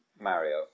mario